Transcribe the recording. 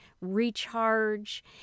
recharge